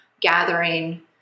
gathering